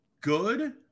good